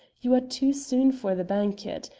you are too soon for the banquet.